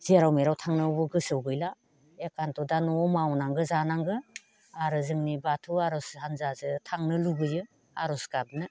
जेराव मेराव थांनांगौबो गोसोआव गैला एकान्ट' दा न'आव मावनांगौ जानांगौ आरो जोंनि बाथौ आर'ज हान्जाजों थांनो लुबैयो आर'ज गाबनो